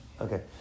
Okay